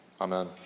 Amen